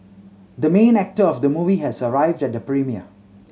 the main actor of the movie has arrived at the premiere